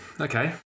Okay